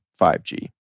5G